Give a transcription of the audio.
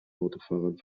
autofahrern